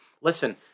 listen